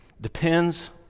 depends